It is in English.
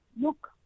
look